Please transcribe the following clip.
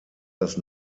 das